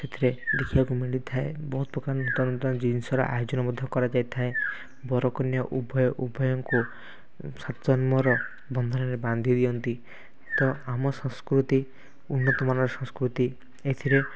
ସେଥିରେ ଦେଖିବାକୁ ମିଳିଥାଏ ବହୁତ ପ୍ରକାର ନୂତନ ନୂତନ ଜିନିଷର ଆୟୋଜନ ମଧ୍ୟ କରାଯାଇଥାଏ ବର କନ୍ୟା ଉଭୟ ଉଭୟଙ୍କୁ ସାତ ଜନ୍ମର ବନ୍ଧନରେ ବାନ୍ଧି ଦିଅନ୍ତି ତ ଆମ ସଂସ୍କୃତି ଉନ୍ନତ ମାନର ସଂସ୍କୃତି ଏଇଥିରେ